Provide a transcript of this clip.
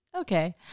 Okay